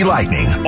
Lightning